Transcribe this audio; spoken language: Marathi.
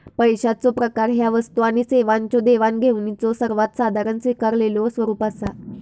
पैशाचो प्रकार ह्या वस्तू आणि सेवांच्यो देवाणघेवाणीचो सर्वात साधारण स्वीकारलेलो स्वरूप असा